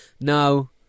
No